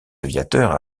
aviateurs